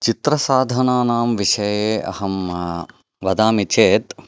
चित्रसाधनानां विषये अहं वदामि चेत्